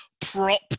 prop